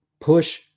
Push